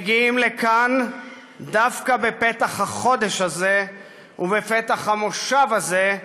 מגיעים לכאן דווקא בפתח החודש הזה ובפתח המושב הזה,